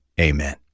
Amen